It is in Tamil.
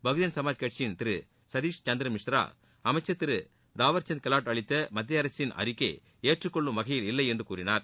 பகுஜன் சமாஜ் கட்யின் திரு சதீஷ் சந்திரமிஸ்ரா அமைச்சர் திரு தாவர்சந்த் கெலாட் அளித்த மத்திய அரசின் அறிக்கை ஏற்றுக்கொள்ளும் வகையில் இல்லை என்று கூறினார்